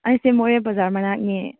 ꯑꯩꯁꯦ ꯃꯣꯔꯦ ꯕꯥꯖꯥꯔ ꯃꯅꯥꯛꯅꯦ